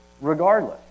Regardless